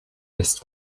lässt